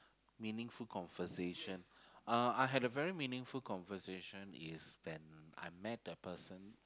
meaningful conversation uh I had a very meaningful conversation is when I met a person